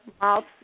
mouths